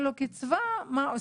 אין לו קצבה מה עושים?